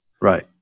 Right